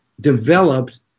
developed